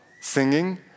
singing